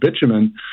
bitumen